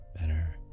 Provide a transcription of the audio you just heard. better